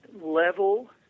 level